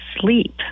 sleep